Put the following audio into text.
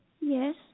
Yes